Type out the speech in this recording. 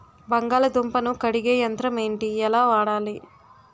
బంగాళదుంప ను కడిగే యంత్రం ఏంటి? ఎలా వాడాలి?